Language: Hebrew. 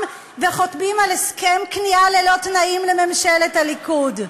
וחותמים על הסכם כניעה ללא תנאים לממשלת הליכוד?